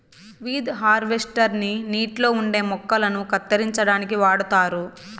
weed harvester ని నీటిలో ఉండే మొక్కలను కత్తిరించడానికి వాడుతారు